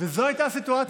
וזאת הייתה הסיטואציה.